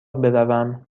بروم